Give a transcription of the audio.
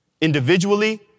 Individually